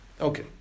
Okay